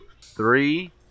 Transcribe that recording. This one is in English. Three